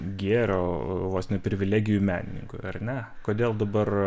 gėrio vos ne privilegijų menininkui ar ne kodėl dabar